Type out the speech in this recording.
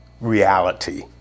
reality